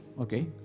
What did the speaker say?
okay